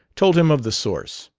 told him of the source.